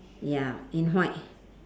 ya in white